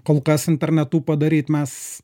kol kas internetu padaryt mes